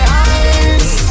eyes